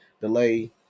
delay